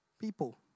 People